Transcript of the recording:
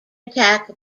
attack